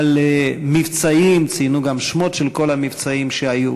על מבצעים, ציינו גם את השמות של כל המבצעים שהיו,